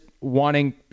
wanting